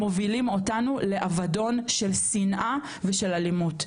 מובילים אותנו לאבדון של שנאה ושל אלימות.